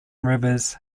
rivers